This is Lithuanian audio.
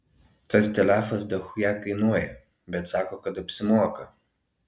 tas telefas dachuja kainuoja bet sako kad apsimoka